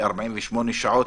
ל-48 שעות,